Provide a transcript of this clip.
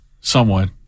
somewhat